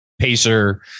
pacer